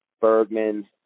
Bergman